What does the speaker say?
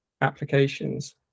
applications